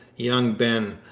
young ben,